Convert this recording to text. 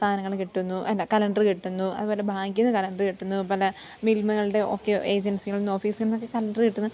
സാധനങ്ങൾ കിട്ടുന്നു അല്ല കലണ്ടർ കിട്ടുന്നു അതുപോലെ ബാങ്കിൽ നിന്ന് കലണ്ടർ കിട്ടുന്നു പല മിൽമകളുടെ ഒക്കെ ഏജൻസികളെന്നും ഓഫീസുകളിൽ നിന്നൊക്കെ കലണ്ടർ കിട്ടുന്നു